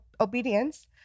obedience